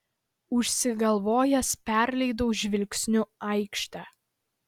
užsigalvojęs perleidau žvilgsniu aikštę